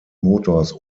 motors